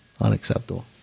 unacceptable